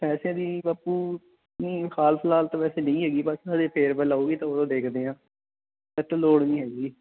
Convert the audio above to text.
ਪੈਸੇ ਦੀ ਬਾਪੂ ਨਹੀਂ ਹਾਲ ਫਿਲਹਾਲ ਤਾਂ ਵੈਸੇ ਨਹੀਂ ਹੈਗੀ ਬਸ ਹਜੇ ਫੇਅਰਵੈੱਲ ਆਊਗੀ ਤਾਂ ਉਦੋਂ ਦੇਖਦੇ ਹਾਂ ਹਜੇ ਤਾਂ ਲੋੜ ਨਹੀਂ ਹੈਗੀ